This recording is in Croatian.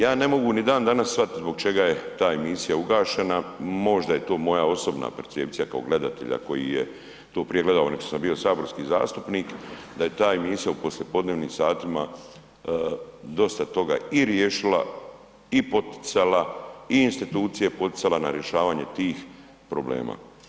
Ja ne mogu ni dan danas shvatiti zbog čega je ta emisija ugašena, možda je to moja osobna percepcija kao gledatelja koji je to prije gledao nego što sam bio saborski zastupnik, da je ta emisija u poslijepodnevnim satima dosta toga i riješila i poticala i institucije poticala na rješavanje tih problema.